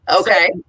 Okay